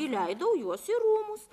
įleidau juos į rūmus